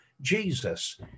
Jesus